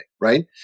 Right